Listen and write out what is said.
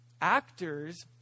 Actors